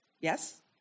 Yes